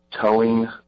towing